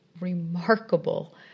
remarkable